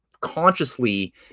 consciously